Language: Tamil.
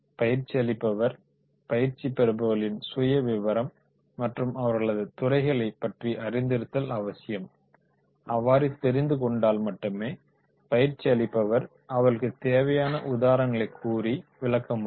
பயிற்சி அளிப்பவர் பயிற்சி பெறுபவர்களின் சுயவிவரம் மற்றும் அவர்களது துறைகளைப் பற்றி அறிந்திருந்தல் அவசியம் அவ்வாறு தெரிந்துக் கொண்டால் மட்டுமே பயிற்சி அளிப்பவர் அவர்களுக்குத் தேவையான உதாரணங்களைக் கூறி விளக்க முடியும்